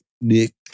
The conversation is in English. Nick